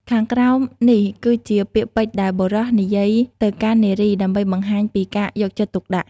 ខាងក្រោមនេះគឺជាពាក្យពេចន៍៍ដែលបុរសនិយាយទៅកាន់នារី ដើម្បីបង្ហាញពីការយកចិត្តទុក្ខដាក់។